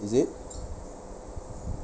is it